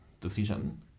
decision